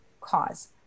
cause